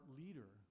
leader